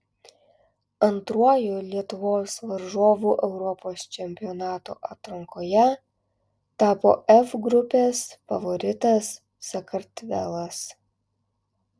antruoju lietuvos varžovu europos čempionato atrankoje tapo f grupės favoritas sakartvelas